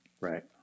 Right